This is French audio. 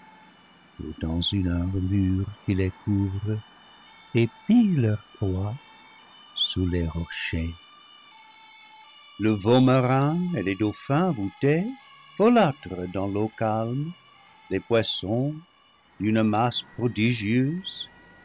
une armure qui les couvre épient leur proie sous les rochers le veau marin et les dauphins voûtés folâtrent sur l'eau calme des poissons d'une masse prodigieuse